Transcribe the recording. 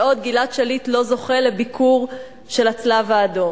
בעוד גלעד שליט לא זוכה לביקור של הצלב-האדום.